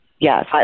Yes